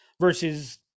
versus